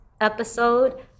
episode